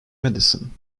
medicine